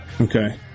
Okay